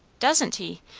doesn't he?